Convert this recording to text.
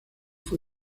fue